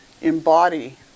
embody